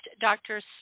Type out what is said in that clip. Dr